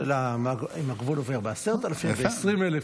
אם הגבול עובר ב-10,000 או ב-20,000,